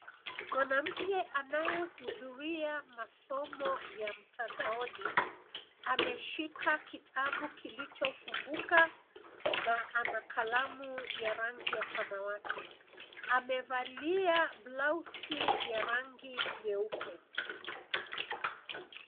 Mwanamke anayehudhuria masomo ya mtandaoni ameshika kitabu kilichofunguka na ana kalamu ya rangi ya samawati. Amevalia blauzi ya rangi nyeupe.